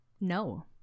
No